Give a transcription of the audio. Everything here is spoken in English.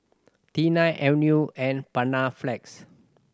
Tena Avene and Panaflex